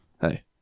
Hey